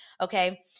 Okay